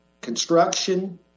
construction